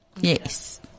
Yes